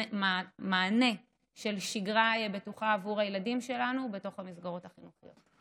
במענה של שגרה בטוחה עבור הילדים שלנו בתוך המסגרות החינוכיות.